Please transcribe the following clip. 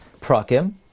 prakim